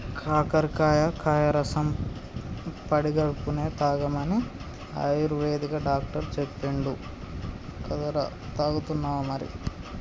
కాకరకాయ కాయ రసం పడిగడుపున్నె తాగమని ఆయుర్వేదిక్ డాక్టర్ చెప్పిండు కదరా, తాగుతున్నావా మరి